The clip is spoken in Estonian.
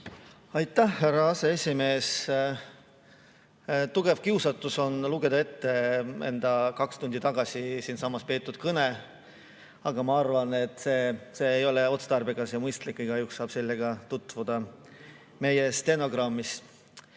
Aitäh, härra aseesimees! Tugev kiusatus on lugeda ette enda kaks tundi tagasi siinsamas peetud kõne, aga ma arvan, et see ei ole otstarbekas ja mõistlik, igaüks saab sellega tutvuda meie stenogrammist.